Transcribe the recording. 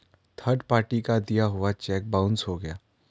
third party का दिया हुआ चेक बाउंस हो गया